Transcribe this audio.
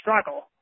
struggle